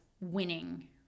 winning